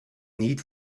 need